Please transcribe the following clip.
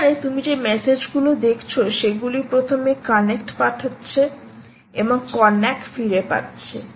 এখানে তুমি যে মেসেজগুলো দেখছো সেগুলি প্রথমে কানেক্ট পাঠাচ্ছে এবং কন্নাক ফিরে পাচ্ছে